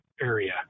area